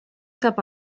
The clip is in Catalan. cap